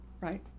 Right